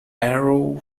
arrow